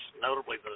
notably